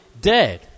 dead